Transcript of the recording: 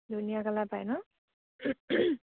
ধুনীয়া কালাৰ পায় ন